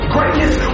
Greatness